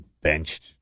benched